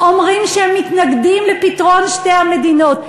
אומרים שהם מתנגדים לפתרון שתי המדינות,